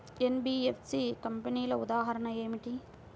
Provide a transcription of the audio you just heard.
NBFC కంపెనీల ఉదాహరణ ఏమిటి?